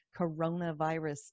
coronavirus